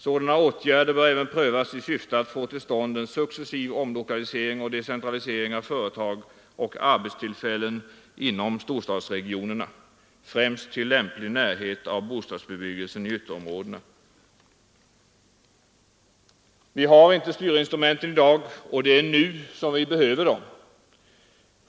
Sådana åtgärder bör även prövas i syfte att få till stånd en successiv omlokalisering och decentralisering av företag och arbetstillfällen inom storstadsregionerna, främst till lämplig närhet av bostadsbebyggelsen i ytterområdena.” Vi har inte styrinstrumenten i dag, och det är nu vi behöver dem.